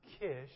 Kish